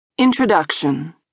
Introduction